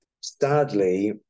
sadly